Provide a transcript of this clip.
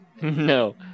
no